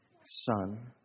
Son